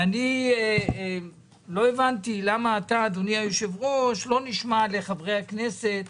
אני לא הבנתי למה אתה אדוני היושב בראש לא נשמע לחברי הכנסת,